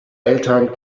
eltern